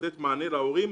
לתת מענה להורים,